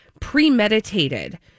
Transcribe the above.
premeditated